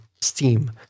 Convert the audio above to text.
Steam